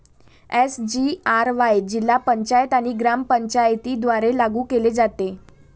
SGRY जिल्हा पंचायत आणि ग्रामपंचायतींद्वारे लागू केले जाते